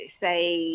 say